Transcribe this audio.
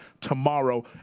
tomorrow